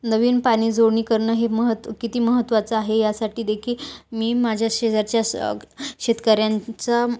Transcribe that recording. नवीन पाणी जोडणी करणं हे महत् किती महत्त्वाचं आहे यासाठी देखील मी माझ्या शेजारच्या स शेतकऱ्यांचा